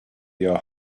your